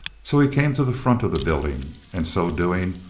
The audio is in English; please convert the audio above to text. so he came to the front of the building, and so doing,